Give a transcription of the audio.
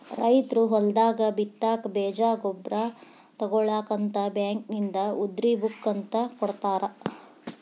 ರೈತರು ಹೊಲದಾಗ ಬಿತ್ತಾಕ ಬೇಜ ಗೊಬ್ಬರ ತುಗೋಳಾಕ ಅಂತ ಬ್ಯಾಂಕಿನಿಂದ ಉದ್ರಿ ಬುಕ್ ಅಂತ ಕೊಡತಾರ